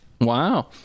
Wow